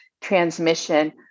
transmission